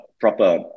proper